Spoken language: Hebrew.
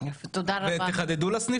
- עשרה ימים אחרי תחילת המבצע.